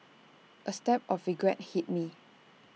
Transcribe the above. A stab of regret hit me